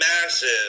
massive